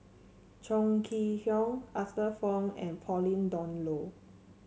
Chong Kee Hiong Arthur Fong and Pauline Dawn Loh